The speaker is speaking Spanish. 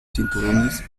cinturones